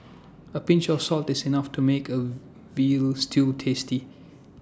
A pinch of salt is enough to make A Veal Stew tasty